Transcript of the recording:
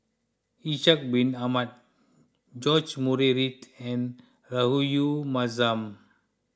Ishak Bin Ahmad George Murray Reith and Rahayu Mahzam